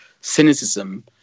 Cynicism